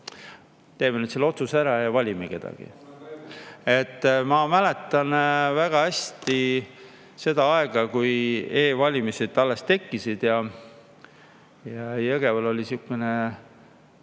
teeme nüüd selle otsuse ära ja valime kedagi. Ma mäletan väga hästi seda aega, kui e‑valimised alles tekkisid ja Jõgeval oli sihukene